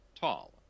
tall